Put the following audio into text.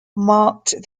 marked